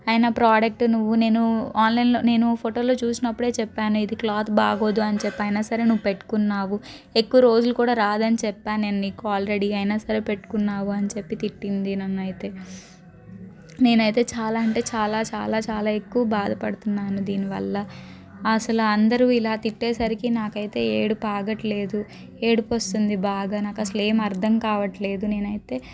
ఆయన ప్రోడక్ట్ నువ్వు నేను ఆన్లైన్లో నేను ఫోటోలో చూసినప్పుడే చెప్పాను ఇది క్లాత్ బాగోదు అని చెప్పాను అయినా సరే పెట్టుకున్నావు ఎక్కువ రోజులు కూడా రాదని చెప్పాను నేను నీకు ఆల్రెడీ అయినా సరే పెట్టుకున్నావు అని చెప్పి తిట్టింది నన్ను అయితే నేను అయితే చాలా అంటే చాలా చాలా చాలా ఎక్కువ బాధపడుతున్నాను దీనివల్ల అసలు అందరూ ఇలా తిట్టేసరికి నాకు అయితే ఏడుపు ఆగట్లేదు ఏడుపు వస్తుంది బాగా నాకు అసలు ఏమీ అర్థం కావట్లేదు నేను అయితే